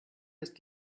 ist